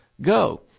go